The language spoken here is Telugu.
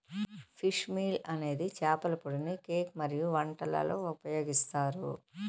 ఫిష్ మీల్ అనేది చేపల పొడిని కేక్ మరియు వంటలలో ఉపయోగిస్తారు